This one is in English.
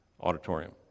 auditorium